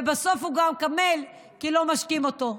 ובסוף הוא גם קמל כי לא משקים אותו.